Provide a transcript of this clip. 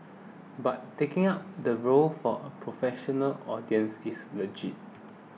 but taking up the role of a professional audience is legit